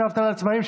דמי אבטלה לעצמאים),